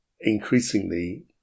increasingly